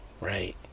right